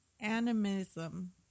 animism